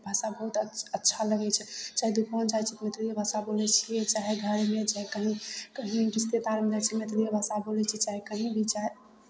भाषा बहुत अच्छ अच्छा लगै छै चाहे दोकान जाइ छियै मैथलिए भाषा बोलै छियै चाहे घरमे चाहे कहीँ कहीँ रिस्तेदारमे जाइ छियै मैथलिए भाषा बोलै छियै चाहे कहीँ भी जाइ